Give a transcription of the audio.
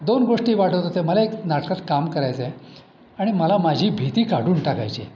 दोन गोष्टी वाटत होत्या मला एक नाटकात काम करायचं आहे आणि मला माझी भीती काढून टाकायची आहे